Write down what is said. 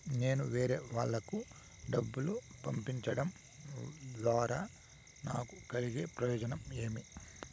నేను వేరేవాళ్లకు డబ్బులు పంపించడం ద్వారా నాకు కలిగే ప్రయోజనం ఏమి?